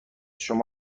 شما